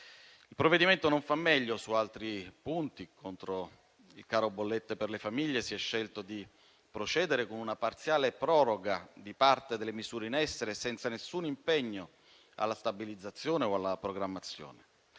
Il provvedimento non fa meglio su altri punti. Contro il caro bollette per le famiglie si è scelto di procedere con una parziale proroga di parte delle misure in essere, senza alcun impegno alla stabilizzazione o alla programmazione.